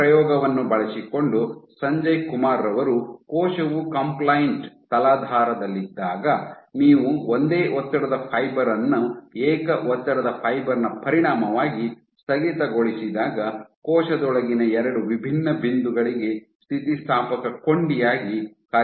ಈ ಪ್ರಯೋಗವನ್ನು ಬಳಸಿಕೊಂಡು ಸಂಜಯ್ ಕುಮಾರ್ ರವರು ಕೋಶವು ಕಂಪ್ಲೈಂಟ್ ತಲಾಧಾರದಲ್ಲಿದ್ದಾಗ ನೀವು ಒಂದೇ ಒತ್ತಡದ ಫೈಬರ್ ಅನ್ನು ಏಕ ಒತ್ತಡದ ಫೈಬರ್ ನ ಪರಿಣಾಮವಾಗಿ ಸ್ಥಗಿತಗೊಳಿಸಿದಾಗ ಕೋಶದೊಳಗಿನ ಎರಡು ವಿಭಿನ್ನ ಬಿಂದುಗಳಿಗೆ ಸ್ಥಿತಿಸ್ಥಾಪಕ ಕೊಂಡಿಯಾಗಿ ಕಾರ್ಯನಿರ್ವಹಿಸುತ್ತದೆ